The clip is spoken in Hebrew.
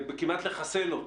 וכמעט לחסל אותו.